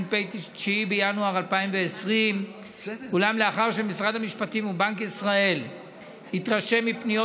9 בינואר 2020. אולם לאחר שמשרד המשפטים ובנק ישראל התרשמו מפניות